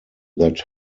that